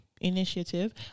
initiative